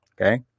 Okay